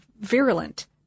virulent